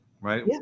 right